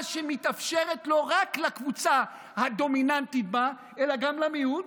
שמתאפשר לא רק לקבוצה הדומיננטית בה אלא גם למיעוט,